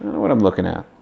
what i'm looking at.